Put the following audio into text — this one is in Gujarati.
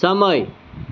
સમય